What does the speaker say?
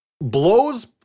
blows